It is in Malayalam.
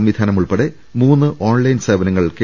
സംവിധാനം ഉൾപ്പെടെ മൂന്ന് ഓൺലൈൻ സേവനങ്ങൾ കെ